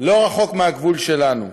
לא רחוק מהגבול שלנו,